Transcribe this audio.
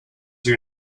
your